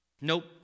Nope